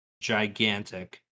gigantic